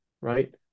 right